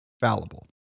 Fallible